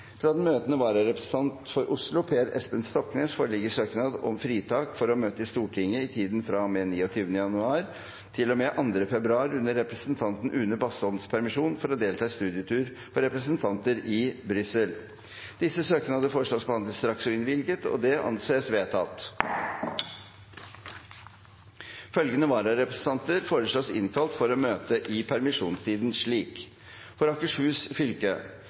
fra den møtende vararepresentant for Oslo, Per Espen Stoknes, foreligger søknad om fritak for å møte i Stortinget i tiden fra og med 29. januar til og med 2. februar, under representanten Une Bastholms permisjon, for å delta på studietur for representanter til Brussel. Etter forslag fra presidenten ble enstemmig besluttet: Søknadene behandles straks og innvilges. Følgende vararepresentanter innkalles for å møte i permisjonstiden: For Akershus fylke: